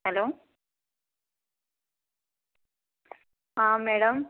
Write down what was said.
hello ah madam